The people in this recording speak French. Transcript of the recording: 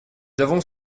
avons